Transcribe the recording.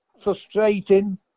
frustrating